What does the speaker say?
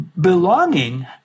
belonging